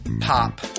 Pop